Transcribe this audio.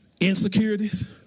Insecurities